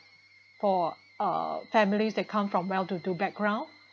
for uh families that come from well to do background